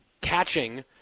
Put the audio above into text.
catching